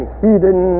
hidden